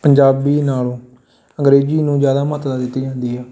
ਪੰਜਾਬੀ ਨਾਲੋਂ ਅੰਗਰੇਜ਼ੀ ਨੂੰ ਜ਼ਿਆਦਾ ਮਹੱਤਤਾ ਦਿੱਤੀ ਜਾਂਦੀ ਹੈ